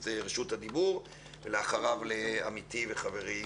את רשות הדיבור ולאחריו עמיתי וחברי,